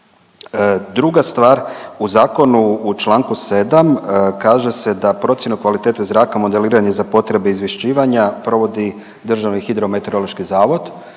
Druga stvar u zakonu u članku 7. kaže se da procjenu kvalitete zraka, modeliranje za potrebe izvješćivanja provodi Državni hidrometeorološki zavod